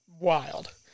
Wild